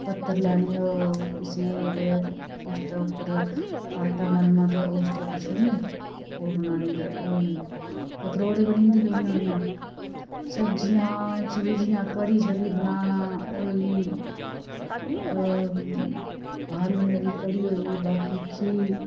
पत्तर लैने ओह् किसे दे ते उसदे उप्पर आटा मलना ते उसदे उप्पर छुड़ने ते ओह् बनाने ते ओह् पतरोड़े बनी जंदे हे उयां उयां सब्जियां च बी जियां कड़ी छड़ी बनाना होई गी आलुंए दी कड़ी होई बाकी खीर